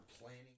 planning